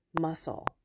muscle